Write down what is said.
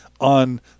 on